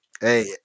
Hey